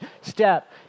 step